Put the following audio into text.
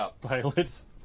pilots